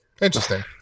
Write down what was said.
interesting